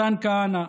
מתן כהנא,